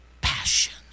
passion